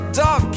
dog